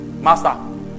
Master